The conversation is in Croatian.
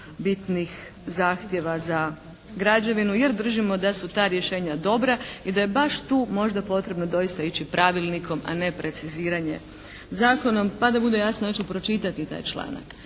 bitnih zahtjeva za građevinu jer držimo da su ta rješenja dobra i da je baš tu možda potrebno doista ići pravilnikom a ne preciziranjem zakonom. Pa da bude jasno ja ću pročitati taj članak.